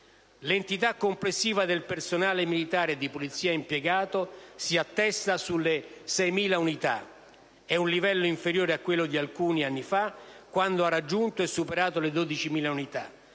L'entità complessiva del personale militare e di polizia impiegato si attesta sulle 6.000 unità. È un livello inferiore a quello di alcuni anni fa, quando furono raggiunte e superate le 12.000 unità,